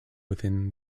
within